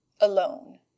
alone